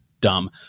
dumb